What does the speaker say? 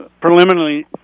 Preliminarily